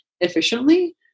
efficiently